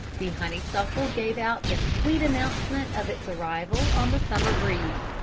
the honeysuckle gave out the sweet announcement of its arrival on the summer breeze,